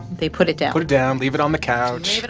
they put it down put it down. leave it on the couch leave it